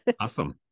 Awesome